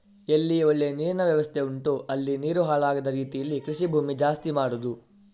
ಎಲ್ಲಿ ಒಳ್ಳೆ ನೀರಿನ ವ್ಯವಸ್ಥೆ ಉಂಟೋ ಅಲ್ಲಿ ನೀರು ಹಾಳಾಗದ ರೀತೀಲಿ ಕೃಷಿ ಭೂಮಿ ಜಾಸ್ತಿ ಮಾಡುದು